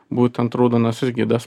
būtent raudonasis gidas